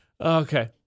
Okay